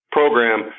program